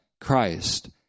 Christ